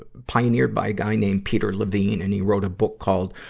ah pioneered by a guy named peter levine, and he wrote a book called,